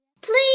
please